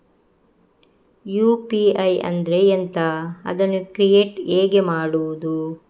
UPI ಅಂದ್ರೆ ಎಂಥ? ಅದನ್ನು ಕ್ರಿಯೇಟ್ ಹೇಗೆ ಮಾಡುವುದು?